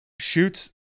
shoots